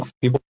people